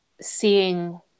seeing